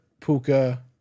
Puka